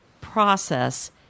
process